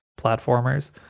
platformers